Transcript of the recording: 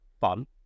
fun